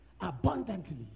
abundantly